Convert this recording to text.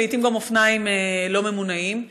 ולעיתים גם אופניים לא ממונעים.